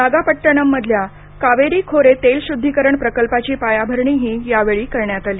नागापट्टणममधल्या कावेरी खोरे तेलशुद्धीकरण प्रकल्पाची पायाभरणीही यावेळी करण्यात आली